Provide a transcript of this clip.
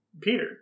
Peter